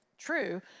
true